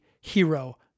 hero